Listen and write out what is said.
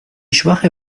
schwache